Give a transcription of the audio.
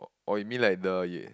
orh you mean like the